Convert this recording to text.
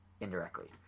indirectly